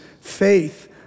faith